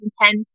2010